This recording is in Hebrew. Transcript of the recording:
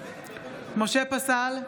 משה פסל,